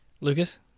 Lucas